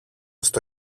στο